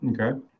Okay